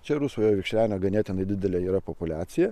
čia rusvojo vikšrenio ganėtinai didelė yra populiacija